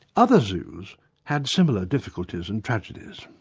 other zoos had similar difficulties and tragedies.